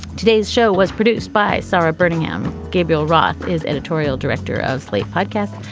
today's show was produced by sara birmingham. gabriel roth is editorial director of slate podcast.